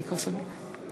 (קוראת בשמות חברי הכנסת)